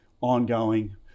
ongoing